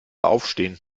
aufstehen